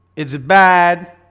it's bad